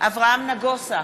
אברהם נגוסה,